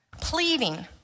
Pleading